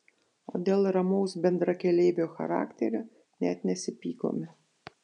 o dėl ramaus bendrakeleivio charakterio net nesipykome